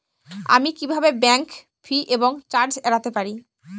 আমি কিভাবে bank fee এবং চার্জ এড়াতে পারি?